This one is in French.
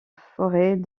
forêt